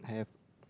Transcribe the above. have